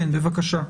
כן, בבקשה.